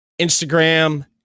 Instagram